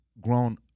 grown